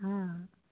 हँ